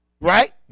right